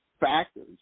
factors